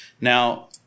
Now